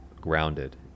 grounded